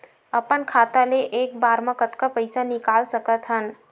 अपन खाता ले एक बार मा कतका पईसा निकाल सकत हन?